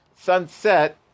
sunset